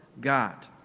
God